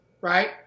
Right